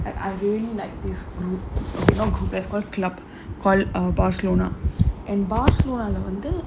and arguing like this you know prepare supper club quiet or barcelona and barcelona leh வந்து:vanthu